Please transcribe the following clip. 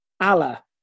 Allah